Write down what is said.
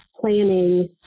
planning